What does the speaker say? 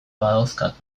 badauzkat